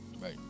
right